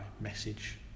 message